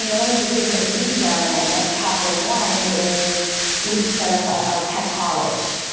and one of the things that we've done at at capital one is we've set up our tech college.